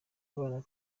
abana